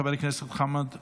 חבר הכנסת חמד עמאר,